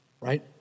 right